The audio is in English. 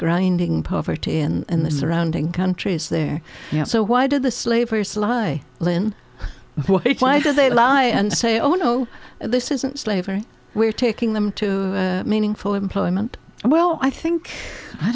grinding poverty and the surrounding countries there so why did the slavery sly lin why did they lie and say oh no this isn't slavery we're taking them to meaningful employment and well i think i